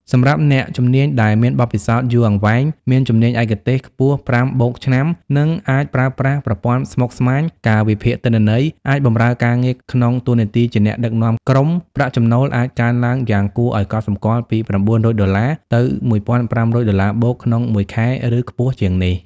សម្រាប់អ្នកជំនាញដែលមានបទពិសោធន៍យូរអង្វែង មានជំនាញឯកទេសខ្ពស់(5+ ឆ្នាំ) និងអាចប្រើប្រាស់ប្រព័ន្ធស្មុគស្មាញ ការវិភាគទិន្នន័យ អាចបម្រើការងារក្នុងតួនាទីជាអ្នកដឹកនាំក្រុម ប្រាក់ចំណូលអាចកើនឡើងយ៉ាងគួរឱ្យកត់សម្គាល់ពី $900 ទៅ $1,500+ ក្នុងមួយខែ ឬខ្ពស់ជាងនេះ។